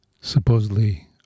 supposedly